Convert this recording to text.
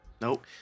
Nope